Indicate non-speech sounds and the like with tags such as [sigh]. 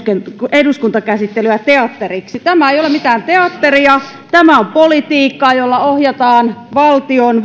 eduskuntakäsittelyä teatteriksi tämä ei ole mitään teatteria tämä on politiikkaa jolla ohjataan valtion [unintelligible]